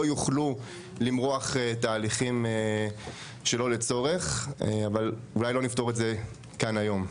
יוכלו למרוח תהליכים שלא לצורך אבל אולי לא נפתור את זה כאן היום.